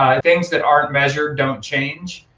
things that aren't measured don't change,